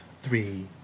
three